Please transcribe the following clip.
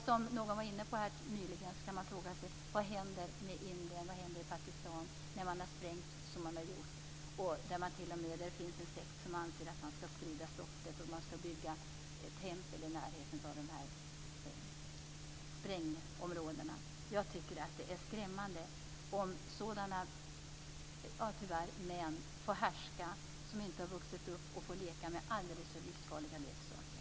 Som någon var inne på här nyligen kan man fråga sig vad som händer med Indien och Pakistan när de har sprängt som de har gjort. Det finns t.o.m. en sekt som anser att man skall sprida stoftet, och bygga tempel i närheten av sprängområdena. Jag tycker att det är skrämmande om sådana - tyvärr - män får härska som inte har vuxit upp och får leka med alldeles för livsfarliga leksaker.